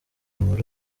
muri